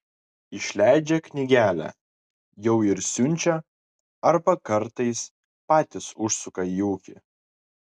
išleidžia knygelę jau ir siunčia arba kartais patys užsuka į ūkį